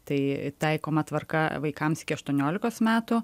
tai taikoma tvarka vaikams iki aštuoniolikos metų